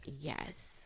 Yes